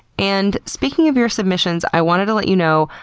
and speaking of your submissions, i wanted to let you know,